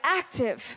active